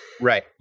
Right